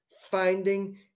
finding